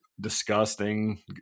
disgusting